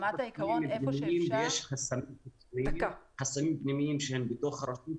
יש חסמים פנימיים שהם בתוך הרשות,